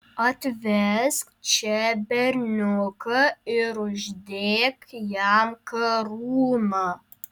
atvesk čia berniuką ir uždėk jam karūną